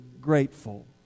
grateful